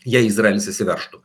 jei izraelis įsiveržtų